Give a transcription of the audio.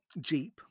jeep